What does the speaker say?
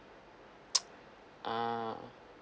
ah